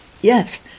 Yes